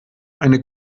eine